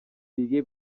دیگه